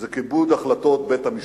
זה כיבוד החלטות בית-המשפט.